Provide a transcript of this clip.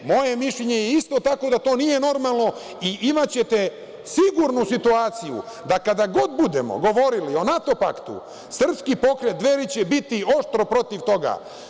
Moje mišljenje je isto tako da to nije normalno i imaćete sigurnu situaciju da kada god budemo govorili o NATO paktu, Srpski pokret Dveri će biti oštro protiv toga.